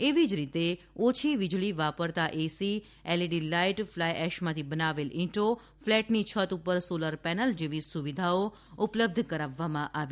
એવી જ રીતે ઓછી વીજળી વાપરતા એસી એલઈડી લાઈટ ફ્લાય એશમાંથી બનાવેલી ઈંટો ફ્લેટની છત ઉપર સોલર પેનલ જેવી સુવિધાઓ ઉપલબ્ધ કરાવવામાં આવી છે